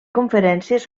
conferències